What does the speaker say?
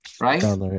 Right